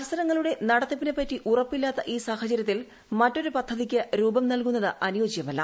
മത്സരങ്ങളുടെ നടത്തിപ്പിനെപറ്റി ഉറപ്പില്ലാത്ത ഈ സാഹചര്യത്തിൽ മറ്റൊരു പദ്ധതിക്ക് രൂപം നൽകുന്നത് അനുയോജ്യമല്ല